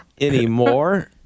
anymore